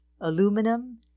aluminum